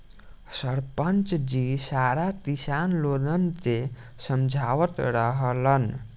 सरपंच जी सारा किसान लोगन के समझावत रहलन